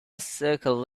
circle